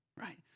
right